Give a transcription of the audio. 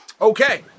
Okay